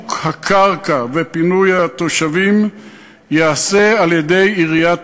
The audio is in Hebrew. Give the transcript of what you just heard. שיווק הקרקע ופינוי התושבים ייעשו על-ידי עיריית תל-אביב.